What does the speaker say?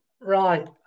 Right